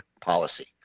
policy